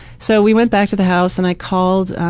so, we went back to the house and i called